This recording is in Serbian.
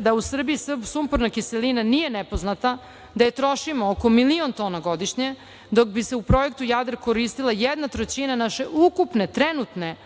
da u Srbiji sumporna kiselina nije nepoznata, da je trošimo oko milion tona godišnje, dok bi se u projektu Jadar koristila jedna trećina naše ukupne trenutne